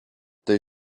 tai